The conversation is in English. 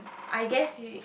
I guess you